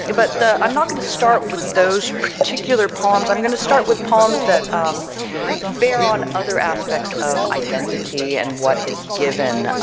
yeah but i'm not gonna start with those particular poems i'm gonna start with poems that bear on other aspects of identity and what is given.